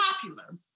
popular